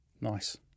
Nice